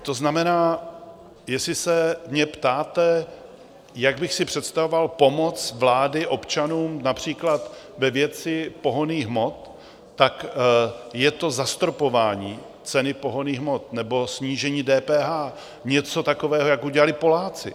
To znamená, jestli se mě ptáte, jak bych si představoval pomoc vlády občanům například ve věci pohonných hmot, tak je to zastropování ceny pohonných hmot nebo snížení DPH, něco takového, jako udělali Poláci.